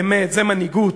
באמת, זו מנהיגות?